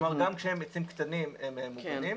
כלומר, גם כשהם עצים קטנים, הם מוגנים.